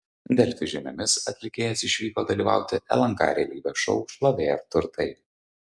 delfi žiniomis atlikėjas išvyko dalyvauti lnk realybės šou šlovė ir turtai